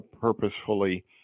purposefully